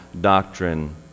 doctrine